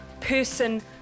person